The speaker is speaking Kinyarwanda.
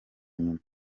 nyuma